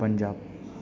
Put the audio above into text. आनी पंजाब